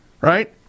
right